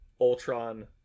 Ultron